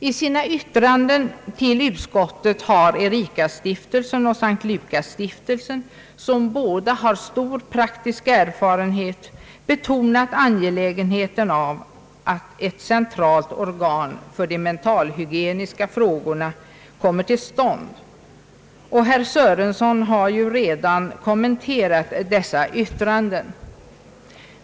I sina yttranden till utskottet har Ericastiftelsen och S:t Lukasstiftelsen, som båda har stor praktisk erfarenhet, betonat angelägenheten av att ett centralt organ för de mentalhygieniska frågorna kommer till stånd, och herr Sörenson har redan kommenterat dessa yttranden.